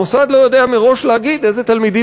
המוסד לא יודע מראש להגיד איזה תלמידים